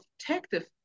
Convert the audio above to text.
protective